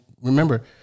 remember